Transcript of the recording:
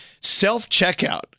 self-checkout